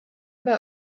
bei